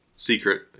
secret